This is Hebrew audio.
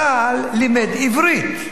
צה"ל לימד עברית.